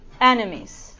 enemies